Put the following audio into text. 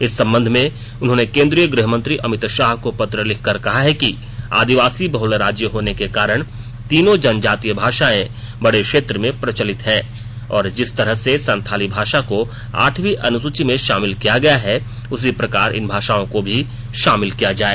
इस संबंध में उन्होंने केन्द्रीय गृहमंत्री अमित शाह को पत्र लिखकर कहा है कि आदिवासी बहुल राज्य होने के कारण तीनों जनजातीय भाषाए बड़े क्षेत्र में प्रचलित हैं और जिस तरह से संथाली भाषा को आठवीं अनुसूची में शामिल किया गया है उसी प्रकार इन भाषाओं को भी शामिल किया जाये